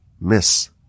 miss